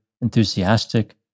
enthusiastic